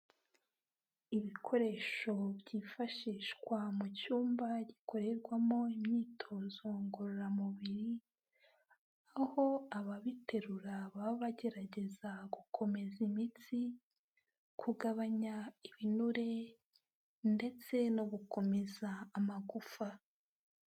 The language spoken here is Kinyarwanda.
Ibikoresho byifashishwa mu cyumba gikorerwamo imyitozo ngororamubiri, aho ababiterura baba bagerageza gukomeza imitsi, kugabanya ibinure ndetse no gukomeza amagufa.